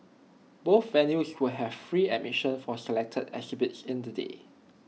both venues will have free admissions for selected exhibits in the day